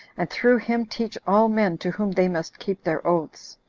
and through him teach all men to whom they must keep their oaths.